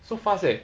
so fast leh